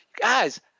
Guys